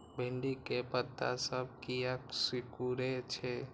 भिंडी के पत्ता सब किया सुकूरे छे?